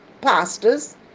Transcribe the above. pastors